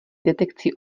detekcí